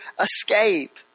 escape